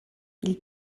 ils